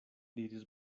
diris